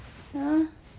!huh!